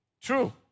true